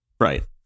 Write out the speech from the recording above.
right